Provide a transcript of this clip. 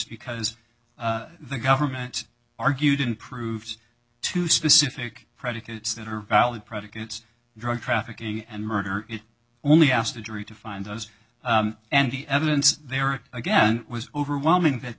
because the government argued unproved two specific predicates that are valid predicates drug trafficking and murder only asked the jury to find those and the evidence there are again was overwhelming that